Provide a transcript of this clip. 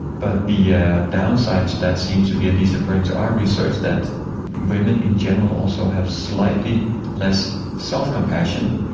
but the yeah downside to that seemed to be, at least according to our research, that women in general also have slightly less self-compassion,